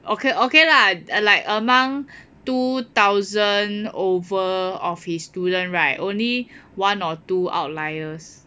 okay okay lah like among two thousand over of his student right only one or two outliers